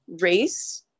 race